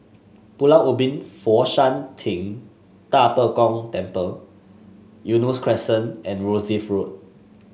Pulau Ubin Fo Shan Ting Da Bo Gong Temple Eunos Crescent and Rosyth Road